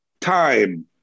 time